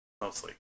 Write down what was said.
Mostly